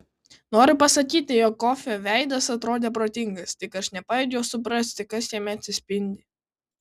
noriu pasakyti jog kofio veidas atrodė protingas tik aš nepajėgiau suprasti kas jame atsispindi